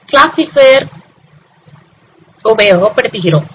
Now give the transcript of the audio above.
classifier உபயோகப்படுத்துகிறோம்